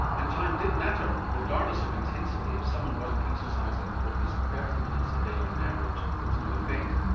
and time did matter regardless of intensity. if someone wasn't exercising for at least thirty minutes a day on average there was no effect.